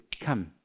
come